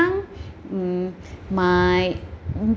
mm my